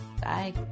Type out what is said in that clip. Bye